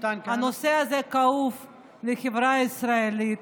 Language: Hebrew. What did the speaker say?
הנושא הזה כאוב לחברה הישראלית.